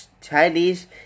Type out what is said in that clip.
Chinese